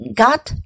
got